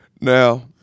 Now